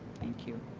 thank you.